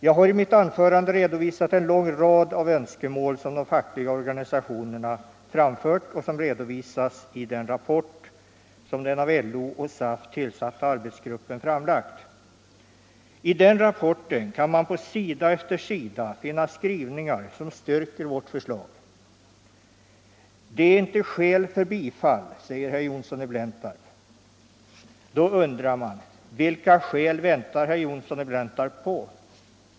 Jag har i mitt anförande angett en lång rad önskemål som de fackliga organisationerna framfört och som redovisas i den rapport som den av LO och SAF tillsatta arbetsgruppen lagt fram. I den rapporten kan man på sida efter sida finna skrivningar som styrker vårt förslag. Det är inte skäl för bifall, säger herr Johnsson i Blentarp. Då undrar man: Vilka skäl väntar herr Johnsson i Blentarp på?